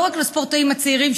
לא רק לספורטאים הצעירים,